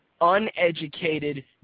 uneducated